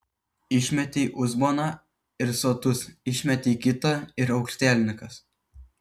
išmetei uzboną ir sotus išmetei kitą ir aukštielninkas